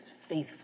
faithful